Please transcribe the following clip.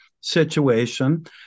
situation